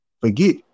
forget